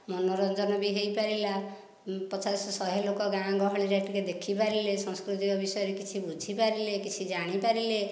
ମନୋରଞ୍ଜନ ବି ହୋଇପାରିଲା ପଚାଶ ଶହେ ଲୋକ ଗାଁ ଗହଳିରେ ଟିକିଏ ଦେଖି ପାରିଲେ ସଂସ୍କୃତି ବିଷୟରେ କିଛି ବୁଝି ପାରିଲେ କିଛି ଜାଣି ପାରିଲେ